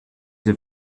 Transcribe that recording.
have